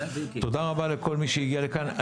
תודה רבה לכל מי שהגיע לכאן.